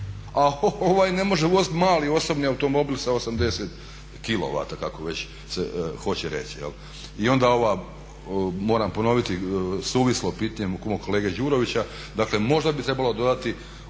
a ovaj ne može voziti mali osobni automobil sa 80KW kako se već hoće reći. I onda ovo moram ponoviti suvislo pitanje mog kolege Đurovića dakle možda bi trebalo dodati